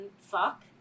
fuck